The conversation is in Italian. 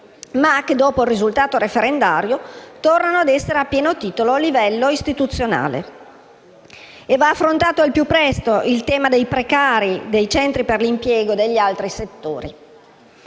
ma che dopo il risultato referendario tornano a essere a pieno titolo livello istituzionale. Va affrontato inoltre al più presto il tema dei precari dei centri per l'impiego degli altri settori.